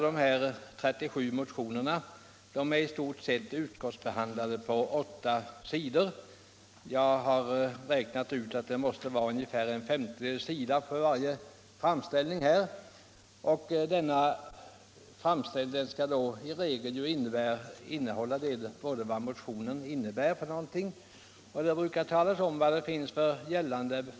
Dessa 37 motioner är sammanförda i ett betänkande och behandlas på knappt åtta sidor. Jag har räknat ut att det blir ungefär en femtedels sida som ägnas varje framställning. Utskottets yttrande skall då innehålla både vad motionen innebär och vilka författningar som nu gäller.